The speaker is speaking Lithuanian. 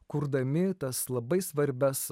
kurdami tas labai svarbias